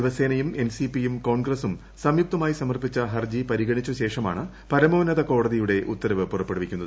ശിവസേനയും ഫൻ സി പിയും കോൺഗസും സംയുക്തമായി സമർപിച ഹർജി പരിഗണിച്ച ശേഷമാണ് പരമോന്നത കോടതിയുടെ ഉത്തരവ് പുറപ്പെടുവിക്കുന്നത്